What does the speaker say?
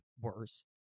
worse